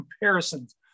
comparisons